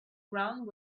ground